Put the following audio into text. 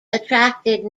attracted